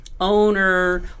owner